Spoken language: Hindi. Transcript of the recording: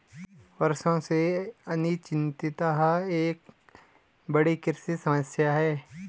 वर्षा की अनिश्चितता एक बड़ी कृषि समस्या है